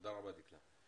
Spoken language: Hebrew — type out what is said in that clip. תודה רבה, דקלה.